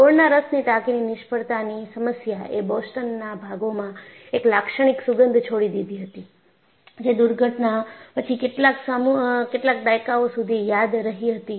ગોળના રસની ટાંકીની નિષ્ફળતાની સમસ્યા એ બોસ્ટનના ભાગોમાં એક લાક્ષણિક સુગંધ છોડી દીધી હતી જે દુર્ઘટના પછી કેટલાક દાયકાઓ સુધી યાદ રહી હતી